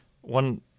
One